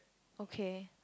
okay